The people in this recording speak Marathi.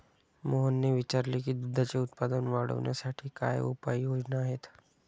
मोहनने विचारले की दुधाचे उत्पादन वाढवण्यासाठी काय उपाय योजना आहेत?